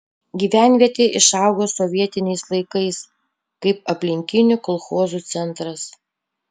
gyvenvietė išaugo sovietiniais laikais kaip aplinkinių kolchozų centras